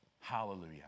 Hallelujah